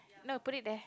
no put it there